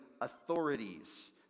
authorities